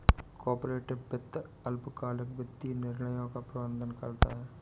corporate वित्त अल्पकालिक वित्तीय निर्णयों का प्रबंधन करता है